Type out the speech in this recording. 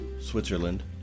Switzerland